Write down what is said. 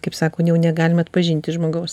kaip sako jau negalim atpažinti žmogaus